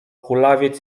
kulawiec